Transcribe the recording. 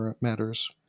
matters